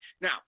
Now